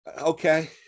Okay